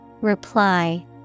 Reply